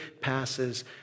passes